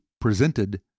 presented